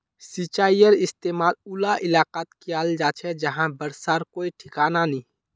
सिंचाईर इस्तेमाल उला इलाकात कियाल जा छे जहां बर्षार कोई ठिकाना नी